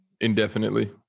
Indefinitely